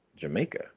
jamaica